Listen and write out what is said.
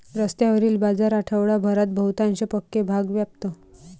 रस्त्यावरील बाजार आठवडाभरात बहुतांश पक्के भाग व्यापतो